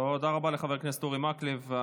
תודה רבה לחבר הכנסת אורי מקלב.